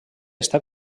està